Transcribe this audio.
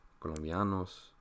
Colombianos